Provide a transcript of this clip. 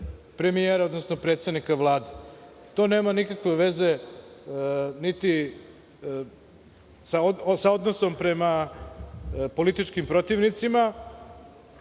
premijera, odnosno predsednika Vlade. To nema nikakve veze niti sa odnosom prema političkim protivnicima. Mislim